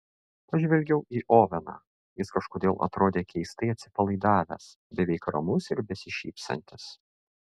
pažvelgiau į oveną jis kažkodėl atrodė keistai atsipalaidavęs beveik ramus ir besišypsantis